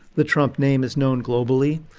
the trump name is known globally.